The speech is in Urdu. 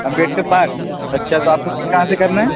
امبیدکر پارک اچھا تو آپ کو پک کہاں سے کرنا ہے